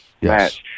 Yes